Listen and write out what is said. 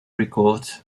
records